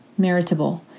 meritable